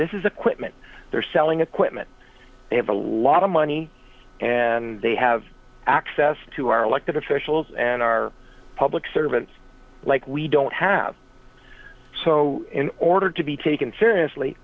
this is equipment they're selling equipment they have a lot of money and they have access to our elected officials and our public servants like we don't have so in order to be taken seriously